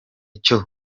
cyo